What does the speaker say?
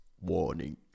warning